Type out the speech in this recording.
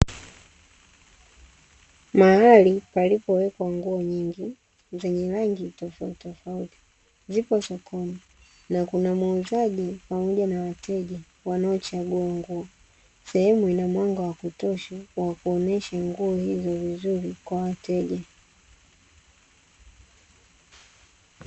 Mahali palipowekwa nguo nyingi zenye rangi tofautitofauti zipo soko; na kuna muuzaji pamoja na wateja wanaochagua nguo, sehemu ina mwanga wakutosha wa kuonesha nguo hizo vizuri kwa wateja.